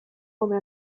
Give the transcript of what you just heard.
come